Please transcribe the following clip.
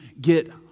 get